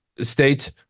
state